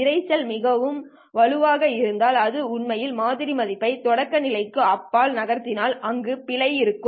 இரைச்சல் மிகவும் வலுவாக இருந்தால் அது உண்மையில் மாதிரி மதிப்பை தொடக்கநிலைக்கு அப்பால் நகர்த்தினால் அங்கு பிழை இருக்கும்